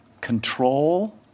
Control